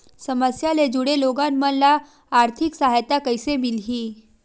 समस्या ले जुड़े लोगन मन ल आर्थिक सहायता कइसे मिलही?